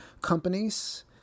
companies